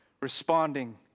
responding